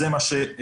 זה מה שראיתם.